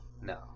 No